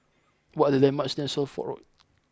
what are the landmarks near Suffolk Road